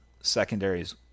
secondaries